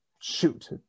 shoot